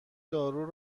دارو